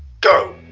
go!